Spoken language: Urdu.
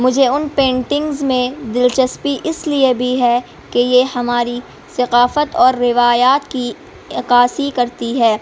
مجھے ان پینٹنگز میں دلچسپی اس لیے بھی ہے کہ یہ ہماری ثقافت اور روایات کی اکاسی کرتی ہے